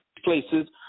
places